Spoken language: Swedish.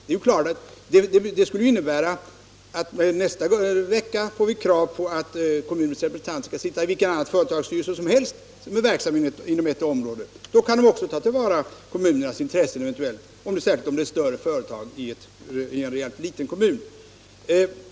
Och kommer det nästa vecka att ställas krav på att kommunerna skall ha representanter i styrelsen för vilket företag som helst som är verksamt inom ett visst område? Det vore väl enligt detta synsätt en metod att ta till vara kommunens intressen, särskilt när det är fråga om ett större företag i en relativt liten kommun.